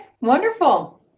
wonderful